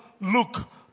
look